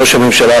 ראש הממשלה,